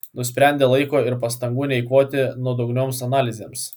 nusprendė laiko ir pastangų neeikvoti nuodugnioms analizėms